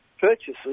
purchases